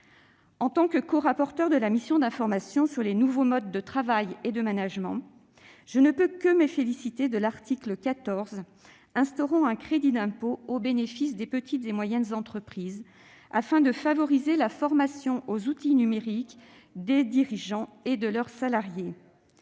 instituée par la délégation aux entreprises sur les nouveaux modes de travail et de management, je ne peux que me féliciter de l'article 14 instaurant un crédit d'impôt au bénéfice des petites et moyennes entreprises, afin de favoriser la formation aux outils numériques des dirigeants et de leurs salariés.